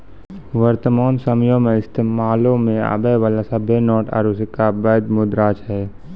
वर्तमान समयो मे इस्तेमालो मे आबै बाला सभ्भे नोट आरू सिक्का बैध मुद्रा छै